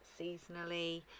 seasonally